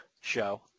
show